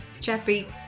chappy